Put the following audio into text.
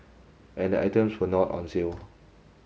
and the items were not on sale